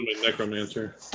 necromancer